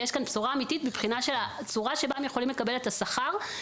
יש כאן בשורה אמיתית מבחינת הצורה שבה הם יכולים לקבל את השכר שלהם